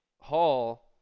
Hall